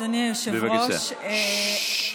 אדוני היושב-ראש,